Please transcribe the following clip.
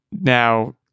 now